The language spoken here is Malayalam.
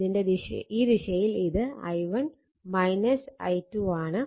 ഇതിന്റെ ഈ ദിശയിൽ ഇത് i1 i2 ആണ്